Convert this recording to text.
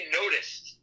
noticed